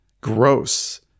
gross